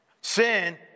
Sin